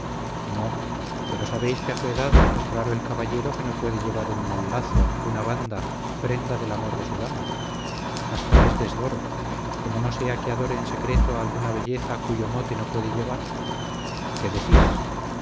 no pero sabéis que a su edad es raro el caballero que no puede llevar un mal lazo una banda prenda del amor de su dama hasta es desdoro como no sea que adore en secreto a alguna belleza cuyo mote no puede llevar qué decís